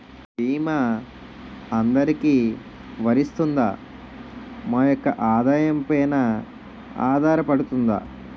భీమా అందరికీ వరిస్తుందా? మా యెక్క ఆదాయం పెన ఆధారపడుతుందా?